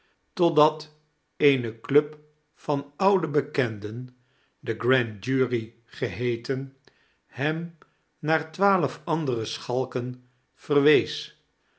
totdat eene club van oude bekenden de grand jury geheeten hem naar twaalf andere schalken verwees